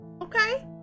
Okay